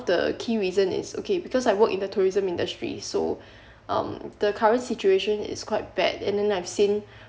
the key reason is okay because I work in the tourism industry so um the current situation is quite bad and and I've seen